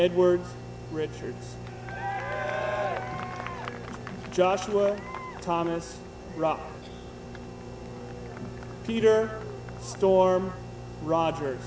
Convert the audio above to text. edwards richard joshua thomas rock peter storm roger